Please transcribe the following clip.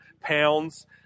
pounds